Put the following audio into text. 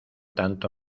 tanto